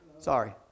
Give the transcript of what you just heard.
Sorry